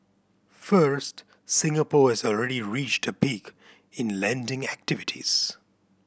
first Singapore has already reached a peak in lending activities